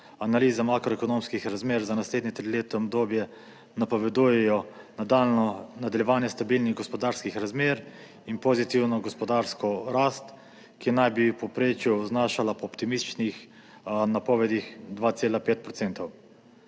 analizo makroekonomskih razmer za naslednje triletno obdobje napovedujejo nadaljnjo nadaljevanje stabilnih gospodarskih razmer in pozitivno gospodarsko rast, ki naj bi v povprečju znašala po optimističnih napovedih 2,5 %.